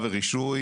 ולעיתים,